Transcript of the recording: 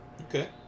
Okay